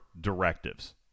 directives